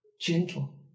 Gentle